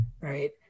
right